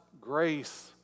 grace